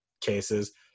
cases